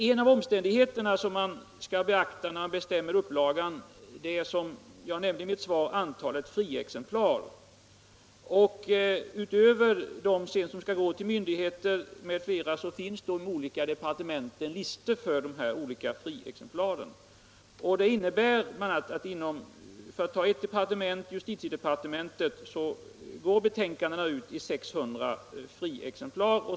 En av de omständigheter man skall beakta när man beställer upplagan är, som jag nämnde i mitt svar, antalet friexemplar. Utöver de serier som skall gå till myndigheter m.fl. finns på de olika departementen listor för friexemplaren. Det innebär bl.a., för att ta justitiedepartementet som exempel, att betänkandena går ut i 600 friexemplar.